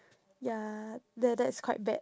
ya that that is quite bad